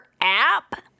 app